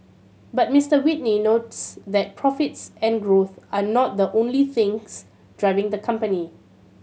but Mister Whitney notes that profits and growth are not the only things driving the company